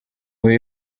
bihe